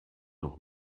noch